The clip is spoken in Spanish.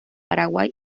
paraguay